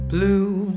Blue